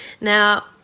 now